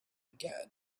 again